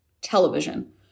television